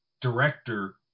director